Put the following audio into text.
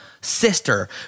sister